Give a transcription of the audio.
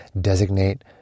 designate